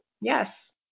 Yes